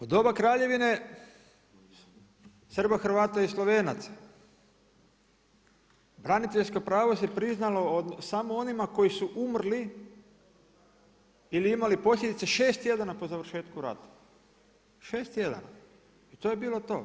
U doba Kraljevine Srba, Hrvata i Slovenaca braniteljsko pravo se priznalo samo onima koji su umrli ili imali posljedice šest tjedana po završetku rata, šest tjedana to je bilo to.